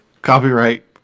Copyright